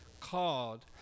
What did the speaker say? called